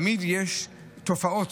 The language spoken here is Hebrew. יש תופעות